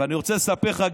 ואני רוצה לספר לך,